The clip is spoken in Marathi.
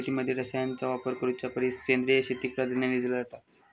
शेतीमध्ये रसायनांचा वापर करुच्या परिस सेंद्रिय शेतीक प्राधान्य दिलो जाता